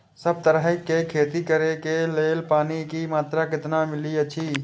सब तरहक के खेती करे के लेल पानी के मात्रा कितना मिली अछि?